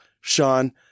Sean